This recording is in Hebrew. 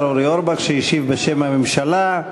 שהשיב בשם הממשלה.